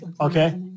okay